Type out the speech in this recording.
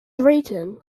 drayton